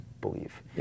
believe